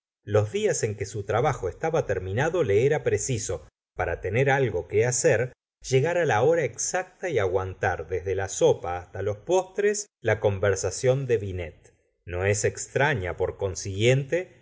los días en que su trabajo estaba terminado le era preciso para tener algo que hacer llegar la hora exacta y aguantar desde la sopa hasta los postres la conversación de binet no es extraña por consiguientes